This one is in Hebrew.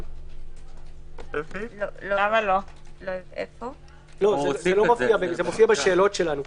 זה מופיע בשאלות שלנו.